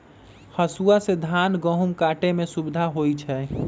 हसुआ से धान गहुम काटे में सुविधा होई छै